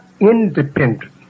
independent